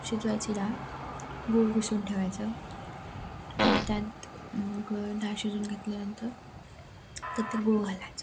शिजवायची डाळ गूळ किसून ठेवायचं आणि त्यात मग डाळ शिजवून घातल्यानंतर त्यात ते गूळ घालायचं